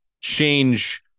change